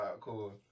cool